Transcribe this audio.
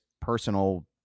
personal